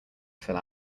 fill